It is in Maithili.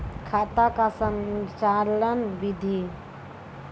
खाता का संचालन बिधि?